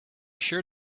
sure